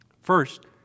First